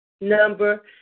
number